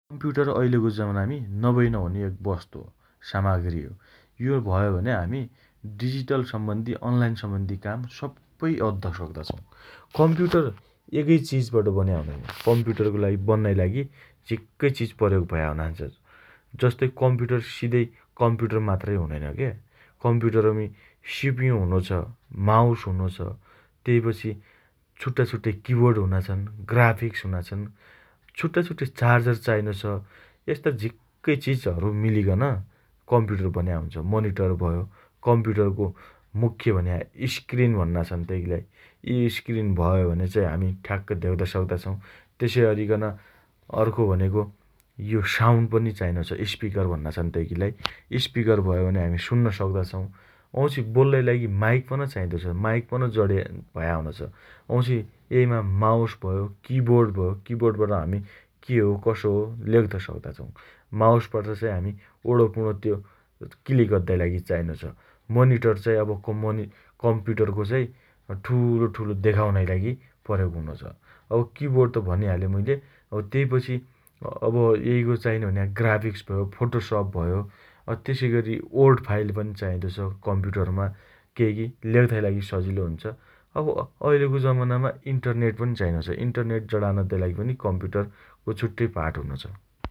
कम्प्युटर अहिलेको जमानामी नभई नहुने एक वस्तु होसामाग्री हो । कम्प्युटर भयो भने हामी डिजिटल सम्बन्धि, अनलाइन सम्बन्धि काम सप्पै अद्द सक्दा छौँ । कम्प्युटर एकैचिजबाट बन्या हुनैन । कम्प्युटरका लागि बन्नाइ लागि झिक्कै चिज प्रयोग भया हुना छन् । जस्तै कम्प्युटर सिधैँ कम्प्युटर मात्रै हुनैन के । कम्प्युटरमी सीपीयू हुनोछ । माउस हुनो छ । तेइपछि छुट्टाछुट्टै किबोर्ड हुना छन् । ग्राफिक्स हुना छन् । छुट्टा छुट्टै चार्जर चाइनोछ । यस्ता झिक्कै चिजहरु मिलिकन कम्प्युटर बन्या हुन्छ । मनिटर भयो । कम्प्युटरको मुख्य भन्या स्क्रिन भन्ना छन् तेइगीलाई । यी स्क्रिन भए भने चाइ हामी ठ्याक्क देग्द सक्दा छौं । तेसइ अरिकन अर्को भनेको यो साउण्ड पनि चाइनो छ । स्पीकर भन्ना छन् तेइगीलाई । स्पिकर भयो भने हमी सुन्न सक्ता छौं । वाउँछि बोल्लाइ लागि माइक पन चाइदोछ । माइक पन जडान भया हुनोछ । वाउँछि एइमा माउस भयो, किबोर्ड भयो, किबोर्डबट हामी के हो कसो हो लेख्त सक्ता छौं । माउसबाट चाइ हमी वणोपुणो त्यो क्लिक अद्दाइ लागि चाइनोछ । मनिटर चाइ अब कम् नी कम्प्युटरको चाइ ठूलो ठूलो देखाउनाइ लागि प्रयोग हुनोछ । अब किबोर्ड त भनिहाले मुइले । अब तेइपछि अब एइको चाइने भन्या ग्राफिक्स भयो फोटोसप भयो, अ तेसइ अरि वर्डफाइल पनि चाइदोछ कम्प्युटरमा । केइकी लेख्ताइ लागि सजिलो हुन्छ । अब अहिलेको जमानामा इन्टरनेट पनि चाइनोछ । इन्टरनेट जडान अद्दाइ लागि पनि कम्प्युटरको छुट्टै पार्ट हुनोछ ।